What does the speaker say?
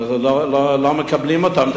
לא מקבלים אותם.